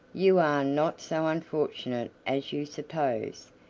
you are not so unfortunate as you suppose.